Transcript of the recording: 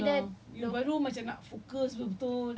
but like two hours macam so sikit if I want to study there